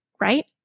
right